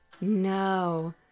No